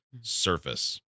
surface